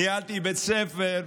ניהלתי בית ספר,